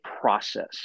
process